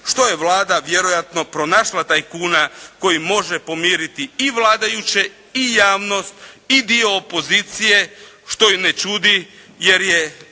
što je Vlada vjerojatno pronašla tajkuna koji može pomiriti i vladajuće i javnost i dio opozicije što i ne čudi jer je